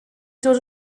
dod